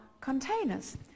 containers